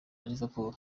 liverpool